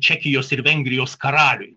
čekijos ir vengrijos karaliui